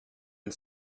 and